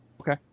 okay